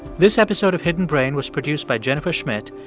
this episode of hidden brain was produced by jennifer schmidt,